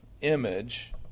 image